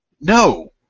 No